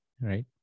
right